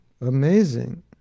Amazing